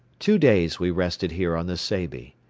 two days we rested here on the seybi.